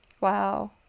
Wow